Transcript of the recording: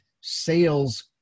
sales